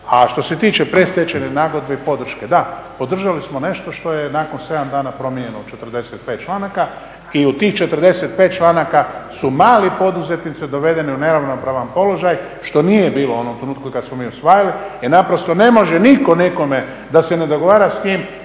A što se tiče predstečajne nagodbe i podrške, da, podržali smo nešto što je nakon 7 dana promijenjeno u 45 članaka i u tih 45 članaka su mali poduzetnici dovedeni u neravnopravan položaj, što nije bilo u onom trenutku kad smo mi usvajali. I naprosto ne može nitko nikome da se ne dogovara s njim